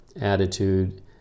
attitude